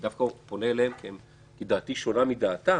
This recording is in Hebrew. זה כמו שבהקשר אחר, כשרוצים לחוקק חוקים,